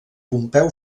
pompeu